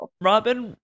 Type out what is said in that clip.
Robin